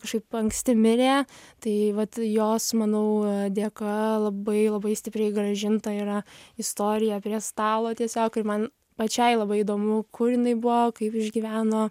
kažkaip anksti mirė tai vat jos manau dėka labai labai stipriai grąžinta yra istorija prie stalo tiesiog ir man pačiai labai įdomu kur jinai buvo kaip išgyveno